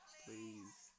please